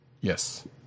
Yes